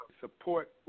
support